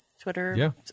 Twitter